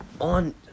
On